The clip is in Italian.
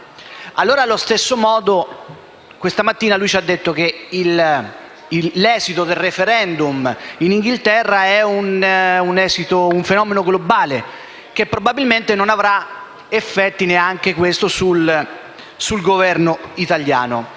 centrale. Allo stesso modo, questa mattina ci ha detto che l'esito del *referendum* nel Regno Unito è un fenomeno globale che probabilmente non avrà effetti, neanche questo, sul Governo italiano.